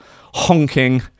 honking